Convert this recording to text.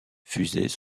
fusées